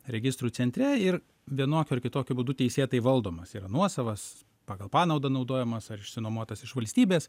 registrų centre ir vienokiu ar kitokiu būdu teisėtai valdomas yra nuosavas pagal panaudą naudojamas ar išsinuomotas iš valstybės